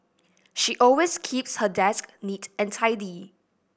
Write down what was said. she always keeps her desk neat and tidy